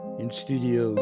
in-studio